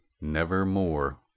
nevermore